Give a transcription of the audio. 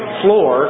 floor